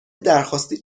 درخواستی